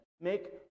make